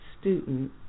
student